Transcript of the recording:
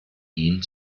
ihn